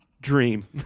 dream